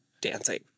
dancing